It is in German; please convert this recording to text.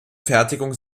fertigung